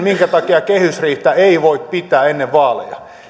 minkä takia kehysriihtä ei voi pitää ennen vaaleja